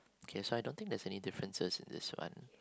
okay so I don't think there's any difference in this one